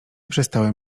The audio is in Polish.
przestałem